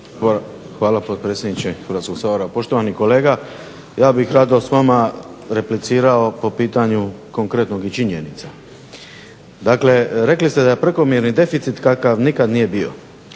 Hvala potpredsjedniče Hrvatskog sabora. Poštovani kolega ja bih rado s vama replicirao po pitanju konkretnog i činjenica. Dakle rekli ste da je prekomjerni deficit kakav nikada nije bio.